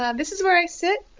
um this is where i sit.